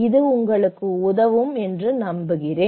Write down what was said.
இது உங்களுக்கு உதவும் என்று நம்புகிறேன்